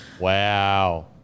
Wow